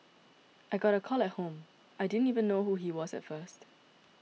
I got a call at home I didn't even know who he was at first